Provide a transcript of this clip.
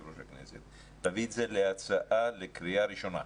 ראש הכנסת להביא את זה להצעה לקריאה ראשונה,